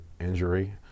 injury